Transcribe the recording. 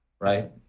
Right